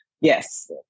Yes